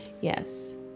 Yes